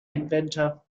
inventor